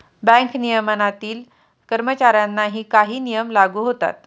bank नियमनातील कर्मचाऱ्यांनाही काही नियम लागू होतात